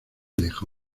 deja